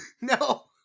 No